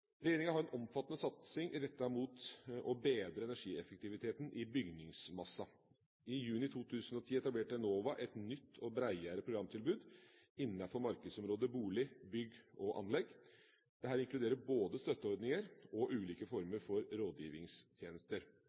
Regjeringa har en omfattende satsing rettet mot å bedre energieffektiviteten i bygningsmassen. I juni 2010 etablerte Enova et nytt og bredere programtilbud innenfor markedsområdet bolig, bygg og anlegg. Dette inkluderer både støtteordninger og ulike former for